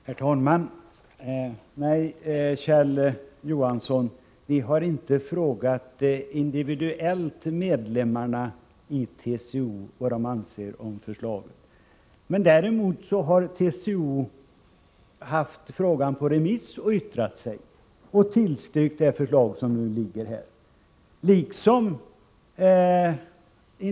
Herr talman! Nej, Kjell Johansson, vi har inte frågat medlemmarna i TCO individuellt vad de anser om förslaget. Däremot har TCO, Industriförbundet och LO haft på remiss, yttrat sig över och tillstyrkt det förslag som nu ligger här.